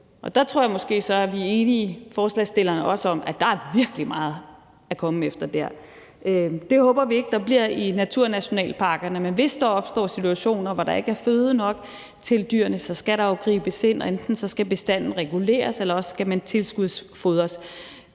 og der tror jeg så måske, at vi og forslagsstillerne er enige om, at der er virkelig meget at komme efter dér. Det håber vi ikke der bliver i naturnationalparkerne, men hvis der opstår situationer, hvor der ikke er føde nok til dyrene, skal der jo gribes ind. Enten skal bestanden reguleres, eller også skal man tilskudsfodre.